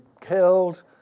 killed